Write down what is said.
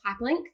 hyperlink